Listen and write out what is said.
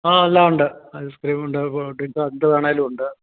ആ എല്ലാമുണ്ട് ഐസ്ക്രീമുണ്ട് കൂൾ ഡ്രിങ്ക്സ് എന്തു വേണമെങ്കിലുമുണ്ട്